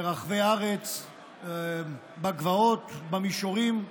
ברחבי הארץ, בגבעות, במישורים,